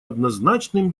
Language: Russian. однозначным